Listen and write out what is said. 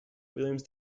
williams